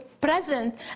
present